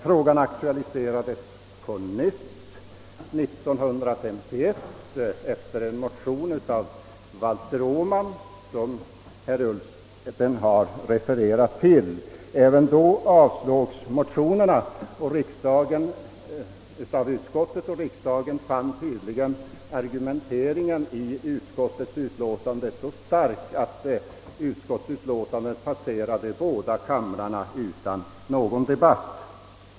Frågan aktualiserades på nytt år 1951 i en motion av Valter Åman, till vilken herr Ullsten refererade. Även då avstyrktes motionsyrkandena av utskottet, och riksdagen fann tydligen utskottets argumentering vara så stark, att utlåtandet passerade båda kamrarna utan någon debatt.